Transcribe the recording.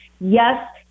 Yes